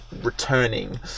returning